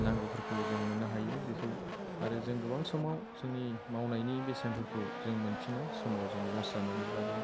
नांगौफोरखौ जों मोननो हायो बेखौ आरो जों गोबां समाव जोंनि मावनायनि बेसेनफोरखौ जों मोनफिना समाव जों लस जानानैब्लाबो